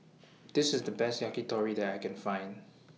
This IS The Best Yakitori that I Can Find